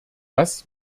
das